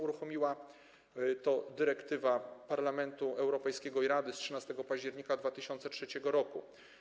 Uruchomiła to dyrektywa Parlamentu Europejskiego i Rady z 13 października 2003 r.